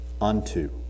unto